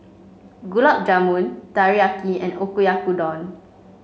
Gulab Jamun Teriyaki and Oyakodon